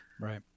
right